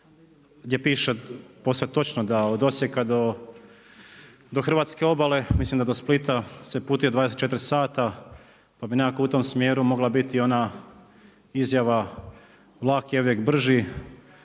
gdje se piše posve točno da od Osijeka do hrvatske obale, mislim da do Splita se putuje 24 sata, pa bi nekako u tom smjeru mogla biti ona izjava „Vlak je uvijek brži“,